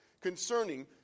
concerning